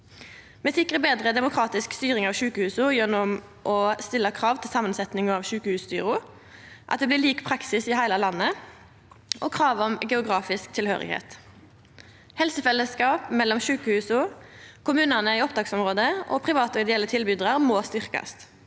Me sikrar betre demokratisk styring av sjukehusa gjennom å stilla krav til samansetjing av sjukehusstyra, at det blir lik praksis i heile landet, og krav om geografisk tilhøyrsle. Helsefellesskap mellom sjukehusa, kommunane i opptaksområdet og private og ideelle tilbydarar må styrkjast.